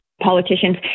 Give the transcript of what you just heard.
politicians